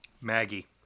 Maggie